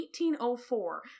1804